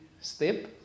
step